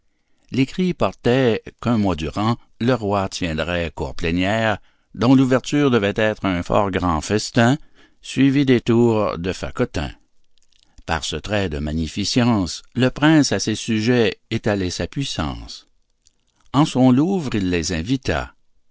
l'écrit portait qu'un mois durant le roi tiendrait cour plénière dont l'ouverture devait être un fort grand festin suivi des tours de fagotin par ce trait de magnificence le prince à ses sujets étalait sa puissance en son louvre il les invita